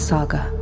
Saga